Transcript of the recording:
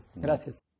Gracias